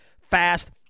fast